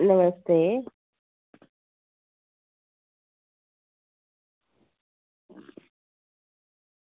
नमस्ते